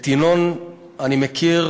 את ינון אני מכיר